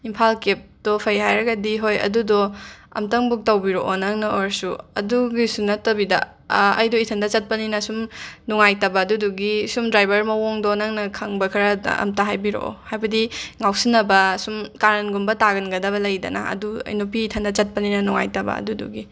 ꯏꯝꯐꯥꯜ ꯀꯦꯞꯇꯣ ꯐꯩ ꯍꯥꯏꯔꯒꯗꯤ ꯍꯣꯏ ꯑꯗꯨꯗꯣ ꯑꯝꯇꯪ ꯕꯨꯛ ꯇꯧꯕꯤꯔꯛꯑꯣ ꯅꯪꯅ ꯑꯣꯏꯔꯁꯨ ꯑꯗꯨꯒꯤꯁꯨ ꯅꯠꯇꯕꯤꯗ ꯑꯩꯗꯣ ꯏꯊꯟꯗ ꯆꯠꯄꯅꯤꯅ ꯁꯨꯝ ꯅꯨꯡꯉꯥꯏꯇꯕ ꯑꯗꯨꯗꯨꯒꯤ ꯁꯨꯝ ꯗ꯭ꯔꯥꯏꯕꯔ ꯃꯑꯣꯡꯗꯣ ꯅꯪꯅ ꯈꯪꯕ ꯈꯔꯗ ꯑꯝꯇ ꯍꯥꯏꯕꯤꯔꯛꯑꯣ ꯍꯥꯏꯕꯗꯤ ꯉꯥꯎꯁꯤꯟꯅꯕ ꯁꯨꯝ ꯀꯥꯔꯟꯒꯨꯝꯕ ꯇꯥꯒꯟꯒꯗꯕ ꯂꯩꯗꯅ ꯑꯗꯨ ꯅꯨꯄꯤ ꯏꯊꯟꯇ ꯆꯠꯄꯅꯤꯅ ꯅꯨꯡꯉꯥꯏꯇꯕ ꯑꯗꯨꯗꯨꯒꯤ